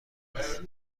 است